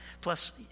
Plus